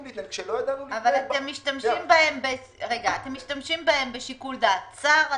להתנהל כשלא ידענו להתנהל --- אבל אתם משתמשים בהם בשיקול דעת צר,